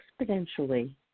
exponentially